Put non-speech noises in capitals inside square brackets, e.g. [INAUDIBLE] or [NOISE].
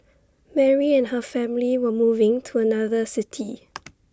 Mary and her family were moving to another city [NOISE]